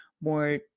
more